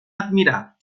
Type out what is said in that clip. admirat